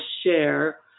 share